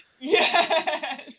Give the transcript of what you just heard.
Yes